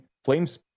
Flames